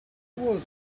was